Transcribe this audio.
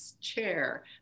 chair